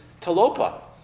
Talopa